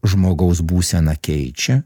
žmogaus būseną keičia